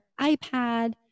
iPad